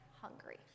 hungry